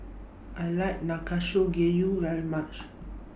I like Nanakusa Gayu very much